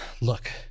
Look